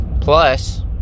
plus